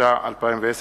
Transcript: התש"ע 2010,